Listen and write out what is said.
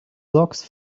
logs